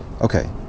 Okay